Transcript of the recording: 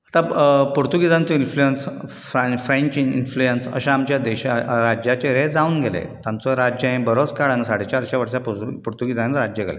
आतां पुर्तूगेजांचो इंन्फ्लुएन्स फ्रा फ्रेंच इंन्फ्लुएन्स अशें आमच्या देशांत राज्याचे हे जावून गेले तांचो राज्य हे बरोच काळान साडेचार वर्सा पुर् पुर्तूगेजांनी राज्य केले